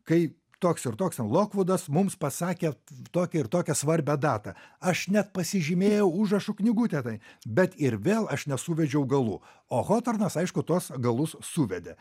toks ir toks ten lokvudas mums pasakė tokią ir tokią svarbią datą aš net pasižymėjau užrašų knygutę tai bet ir vėl aš nesuvedžiau galų o hotornas aišku tuos galus suvedė